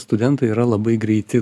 studentai yra labai greiti dabar